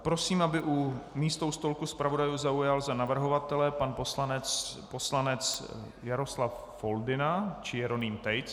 Prosím, aby místo u stolku zpravodajů zaujal za navrhovatele pan poslanec Jaroslav Foldyna či Jeroným Tejc.